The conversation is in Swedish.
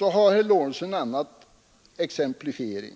Herr Lorentzon tog också ett annat exemplel.